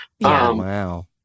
wow